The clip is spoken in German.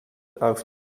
auf